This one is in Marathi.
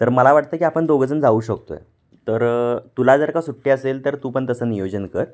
तर मला वाटतं की आपण दोघं जणं जाऊ शकतो आहे तर तुला जर का सुट्टी असेल तर तू पण तसं नियोजन कर